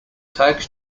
takes